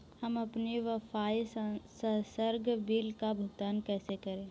हम अपने वाईफाई संसर्ग बिल का भुगतान कैसे करें?